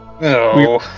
No